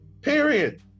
Period